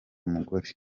mugore